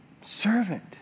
servant